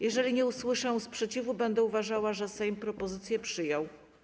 Jeżeli nie usłyszę sprzeciwu, będę uważała, że Sejm propozycję przyjął.